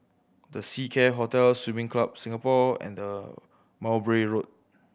The Seacare Hotel Swimming Club Singapore and the Mowbray Road